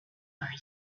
are